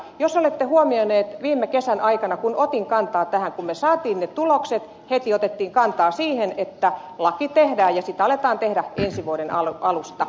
jos olette huomioineet viime kesän aikana kun otin kantaa tähän kun me saimme ne tulokset niin heti otettiin kantaa siihen että laki tehdään ja sitä aletaan tehdä ensi vuoden alusta